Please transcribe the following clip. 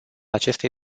acestei